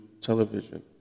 television